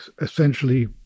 essentially